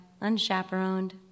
unchaperoned